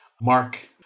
Mark